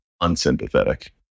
unsympathetic